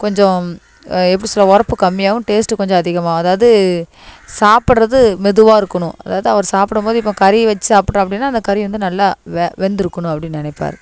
கொஞ்சம் எப்படி சொல்வது உரப்பு கம்மியாகவும் டேஸ்ட்டு கொஞ்சம் அதிகமாக அதாவது சாப்பிட்றது மெதுவாக இருக்கணும் அதாவது அவர் சாப்பிடமோது இப்போது கறி வச்சு சாப்பிட்றோம் அப்படின்னா அந்த கறி வந்து நல்லா வெ வெந்திருக்குணும் அப்டின்னு நினைப்பாரு